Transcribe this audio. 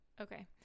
okay